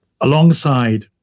alongside